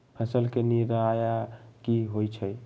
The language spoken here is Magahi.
फसल के निराया की होइ छई?